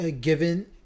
given